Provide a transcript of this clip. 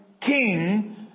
king